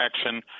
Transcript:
action